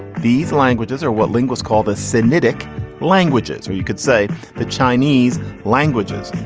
these languages are what linguist called the cynic languages. or you could say the chinese languages.